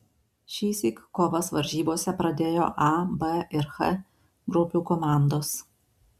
šįsyk kovas varžybose pradėjo a b ir h grupių komandos